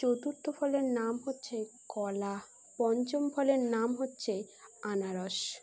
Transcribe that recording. চতুর্থ ফলের নাম হচ্ছে কলা পঞ্চম ফলের নাম হচ্ছে আনারস